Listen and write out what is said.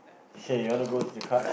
hey you want to goes to the cards